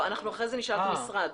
אחרי זה נשאל את המשרד.